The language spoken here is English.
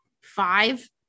five